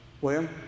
William